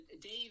Dave